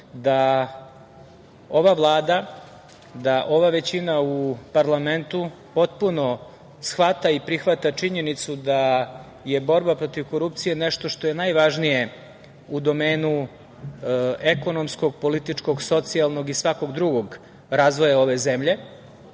da ova Vlada, da ova većina u parlamentu potpuno shvata i prihvata činjenicu da je borba protiv korupcije nešto što je najvažnije u domenu ekonomskog, političkog, socijalnog i svakog drugog razvoja ove zemlje,